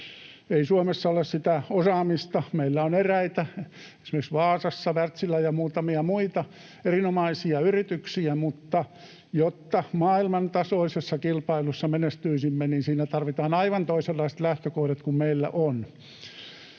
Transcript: Ei Suomessa ole sitä osaamista. Meillä on eräitä, esimerkiksi Vaasassa Wärtsilä ja muutamia muita, erinomaisia yrityksiä, mutta jotta maailmantasoisessa kilpailussa menestyisimme, niin siinä tarvitaan aivan toisenlaiset lähtökohdat kuin meillä on.